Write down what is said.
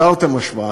תרתי משמע.